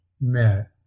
met